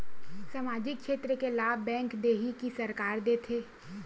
सामाजिक क्षेत्र के लाभ बैंक देही कि सरकार देथे?